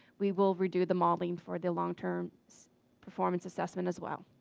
we will redo the modeling for the longterm performance assessment as well.